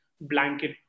blanket